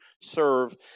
serve